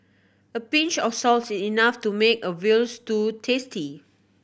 a pinch of salt is enough to make a veal stew tasty